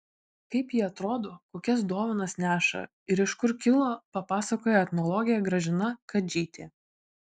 kaip ji atrodo kokias dovanas neša ir iš kur kilo papasakojo etnologė gražina kadžytė